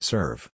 Serve